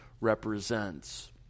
represents